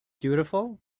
beautiful